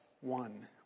one